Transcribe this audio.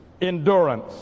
endurance